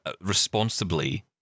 responsibly